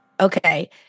Okay